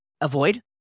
avoid